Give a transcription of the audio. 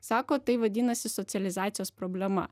sako tai vadinasi socializacijos problema